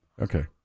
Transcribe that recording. Okay